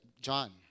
John